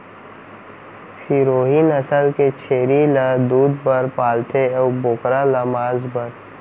सिरोही नसल के छेरी ल दूद बर पालथें अउ बोकरा ल मांस बर